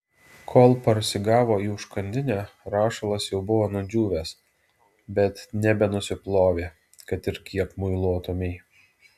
kol parsigavo į užkandinę rašalas jau buvo nudžiūvęs bet nebenusiplovė kad ir kiek muiluotumei